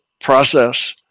process